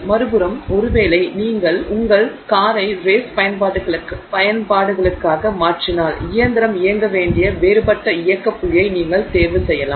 மறுபுறம் ஒருவேளை நீங்கள் உங்கள் காரை ரேஸ் பயன்பாடுகளுக்காக மாற்றினால் இயந்திரம் இயங்க வேண்டிய வேறுபட்ட இயக்க புள்ளியை நீங்கள் தேர்வு செய்யலாம்